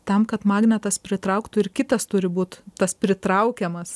tam kad magnetas pritrauktų ir kitas turi būt tas pritraukiamas